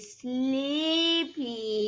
sleepy